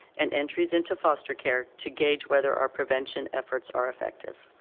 and entries into foster care to gauge whether our prevention efforts are effective.